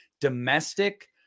domestic